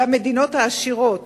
והמדינות העשירות